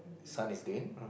son is doing